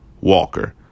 Walker